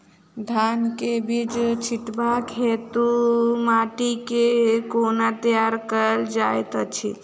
धान केँ बीज छिटबाक हेतु माटि केँ कोना तैयार कएल जाइत अछि?